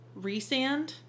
Resand